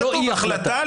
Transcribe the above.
זאת לא אי החלטה.